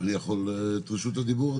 אני יכול את רשות הדיבור,